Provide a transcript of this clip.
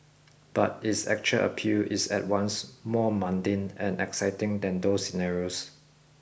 but its actual appeal is at once more mundane and exciting than those scenarios